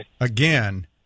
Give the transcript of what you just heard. again